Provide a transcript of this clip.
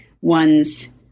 one's